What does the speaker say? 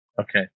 Okay